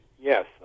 yes